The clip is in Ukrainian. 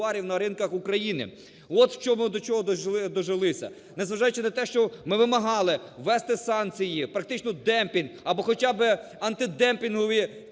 Незважаючи на те, що ми вимагали ввести санкції, практично демпінг або хоча би антидемпінгові